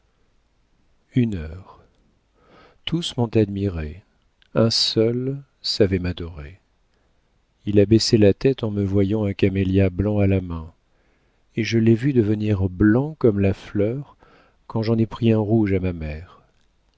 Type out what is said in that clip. une heure tous m'ont admirée un seul savait m'adorer il a baissé la tête en me voyant un camélia blanc à la main et je l'ai vu devenir blanc comme la fleur quand j'en ai eu pris un rouge à ma mère